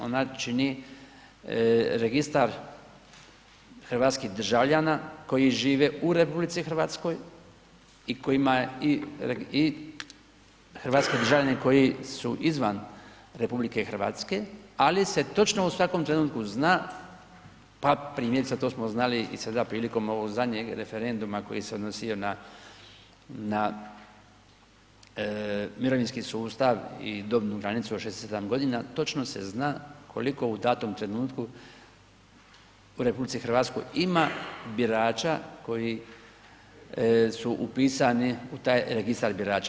Ona čini registra hrvatskih državljana koji žive u RH i kojima je i hrvatski državljani koji su izvan RH, ali se točno u svakom trenutku zna pa primjerice to smo znali i sada prilikom ovog zadnjeg referenduma koji se odnosio na, na mirovinski sustav i dobnu granicu od 67 godina, točno se zna koliko u datom trenutku u RH ima birača koji su upisani u taj registra birača.